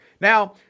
now